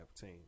team